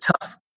tough